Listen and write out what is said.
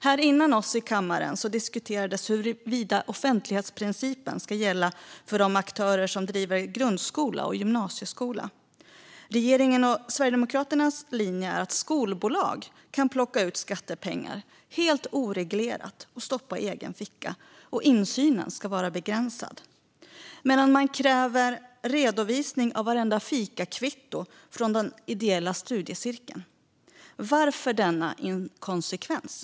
Tidigare i dag diskuterades i kammaren huruvida offentlighetsprincipen ska gälla för de aktörer som driver grundskolor och gymnasieskolor. Regeringens och Sverigedemokraternas linje är att skolbolag ska kunna plocka ut skattepengar helt oreglerat och stoppa dem i egen ficka samt att insynen ska vara begränsad, medan de kräver redovisning av varenda fikakvitto från den ideella studiecirkeln. Varför denna inkonsekvens?